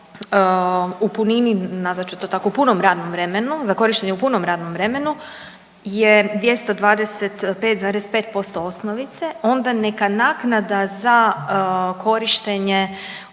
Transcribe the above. u punini, nazvat ću to tako u punom radnom vremenu, za korištenje u punom radnom vremenu je 225,5% osnovice onda neka naknada za korištenje